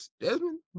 Desmond